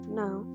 now